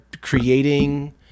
creating